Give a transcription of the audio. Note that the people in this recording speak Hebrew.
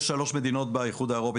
יש שלוש מדינות באיחוד האירופי,